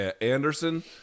Anderson